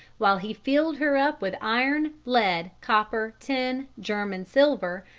while he filled her up with iron, lead, copper, tin, german silver,